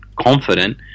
confident